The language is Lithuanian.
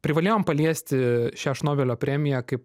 privalėjom paliesti šią šnobelio premiją kaip